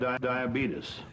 Diabetes